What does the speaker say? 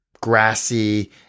grassy